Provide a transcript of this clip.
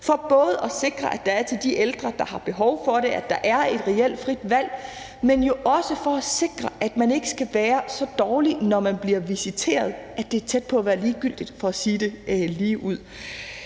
for både at sikre, at der er til de ældre, der har behov for det, og at der er et reelt frit valg, men jo også for at sikre, at man ikke skal være så dårlig, når man bliver visiteret, at det er tæt på at være ligegyldigt – for at sige det ligeud.